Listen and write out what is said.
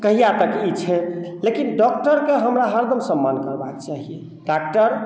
कहिया तक ई छै लेकिन डॉक्टरके हमरा हरदम सम्मान करबाक चाहियै डाक्टर